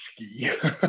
ski